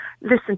listen